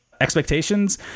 Expectations